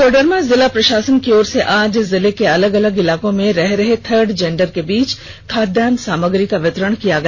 कोडरमा जिला प्रशासन की ओर से आज जिले के अलग अलग इलाकों में रह रहे थर्ड जेंडर के बीच खाद्यान्न सामग्री का वितरण किया गया